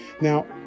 now